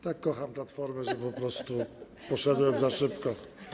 Tak kocham Platformę, że po prostu poszedłem za szybko.